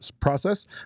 process